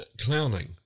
clowning